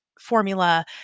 formula